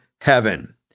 heaven